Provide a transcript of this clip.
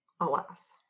alas